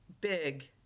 big